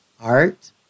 art